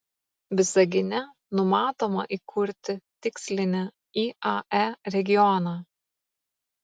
visagine numatoma įkurti tikslinį iae regioną